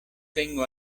tengo